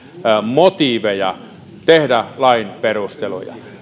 motiiveja tehdä lain perusteluja